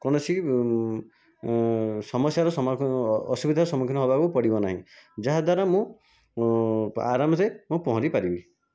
କୌଣସି ସମସ୍ୟାର ଅସୁବିଧାର ସମ୍ମୁଖୀନ ହେବାକୁ ପଡ଼ିବ ନାହିଁ ଯାହାଦ୍ଵାରା ମୁଁ ଆରାମରେ ମୁଁ ପହଁରିପାରିବି